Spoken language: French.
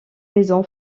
maison